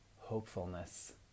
hopefulness